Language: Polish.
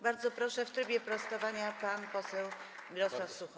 Bardzo proszę, w trybie sprostowania pan poseł Mirosław Suchoń.